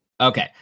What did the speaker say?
Okay